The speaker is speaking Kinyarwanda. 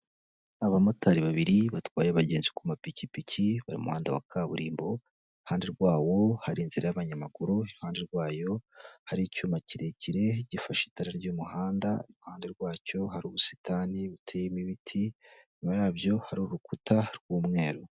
Abamotari babiri batwaye abagenzi ku mapikipiki bari mu muhanda wa kaburimbo, iruhande rwawo hari inzira y'abanyamaguru, ihande rwayo hari icyuma kirekire gifashe itara ry'umuhanda, iruhande rwacyo hari ubusitani buteyemo ibiti, inyuma yabyo hari urukuta rw'umweru.